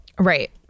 Right